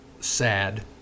sad